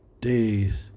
days